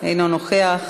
אינו נוכח,